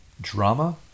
drama